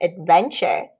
adventure